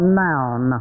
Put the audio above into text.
noun